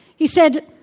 he said,